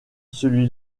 celui